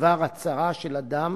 בדבר הצהרה של אדם